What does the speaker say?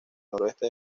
noroeste